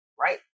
right